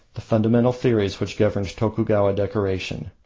the fundamental theories which governed tokugawa decoration.